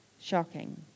shocking